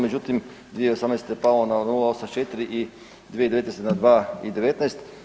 Međutim, 2018. je palo na 0.84 i 2019. na 2,19.